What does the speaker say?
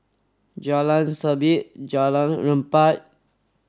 Jalan Sabit Jalan Empat